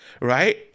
right